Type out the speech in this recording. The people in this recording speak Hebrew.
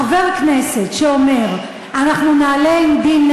חבר כנסת שאומר: אנחנו נעלה עם 9D,